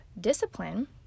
discipline